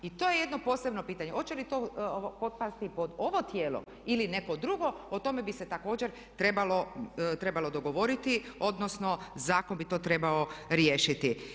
I to je jedno posebno pitanje hoće li to potpasti pod ovo tijelo ili neko drugo, o tome bi se također trebalo dogovoriti, odnosno zakon bi to trebao riješiti.